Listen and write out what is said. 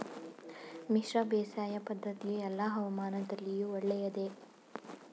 ಮಿಶ್ರ ಬೇಸಾಯ ಪದ್ದತಿಯು ಎಲ್ಲಾ ಹವಾಮಾನದಲ್ಲಿಯೂ ಒಳ್ಳೆಯದೇ?